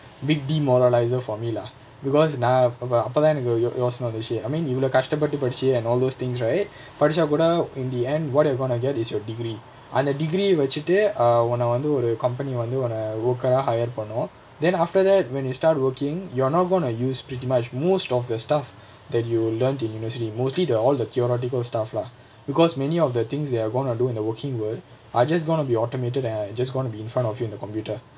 big demoraliser for me lah because நா அப்பப்ப அப்பத்தா எனக்கு:naa appapa apathaa enakku yo~ யோசன வந்துச்சு:yosana vanthuchu I mean இவளோ கஷ்டபட்டு படிச்சு:ivalo kashtapattu padichu and all those things right படிச்சா கூட:padichaa kooda indian what you're gonna get is your degree அந்த:antha degree ah வச்சிட்டு:vachittu err ஒன்ன வந்து ஒரு:onna vanthu oru company வந்து ஒன்ன:vanthu onna worker ah hire பண்ணு:pannu then after that when you start working you're not going to use it too much most of the stuff that you learnt in university mostly the all the theoretical stuff lah because many of the things that they're going to use in the working world are just gonna be automated and just gonna be in front of you in the computer